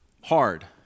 hard